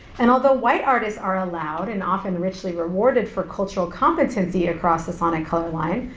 and although white artists are allowed, and often richly rewarded for cultural competency across the sonic color line,